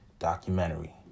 Documentary